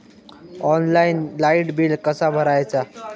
Online light bill कसा भरायचा?